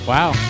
Wow